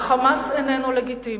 ה"חמאס" איננו לגיטימי,